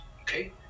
okay